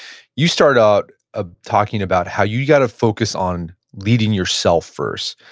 you started out ah talking about how you got to focus on leading yourself, first.